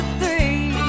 three